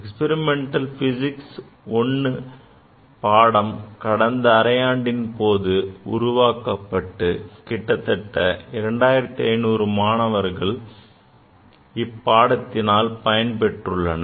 Experimental Physics I பாடம் கடந்த அரையாண்டின் போது உருவாக்கப்பட்டு கிட்டத்தட்ட 2500 மாணவர்கள் இப்பாடத்தினை பயின்றுள்ளனர்